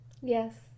Yes